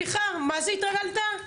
סליחה, מה זה התרגלת?